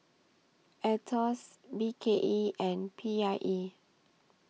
Aetos B K E and P I E